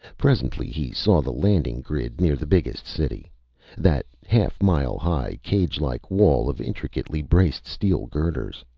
presently he saw the landing grid near the biggest city that half-mile-high, cagelike wall of intricately braced steel girders.